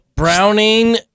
Browning